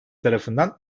tarafından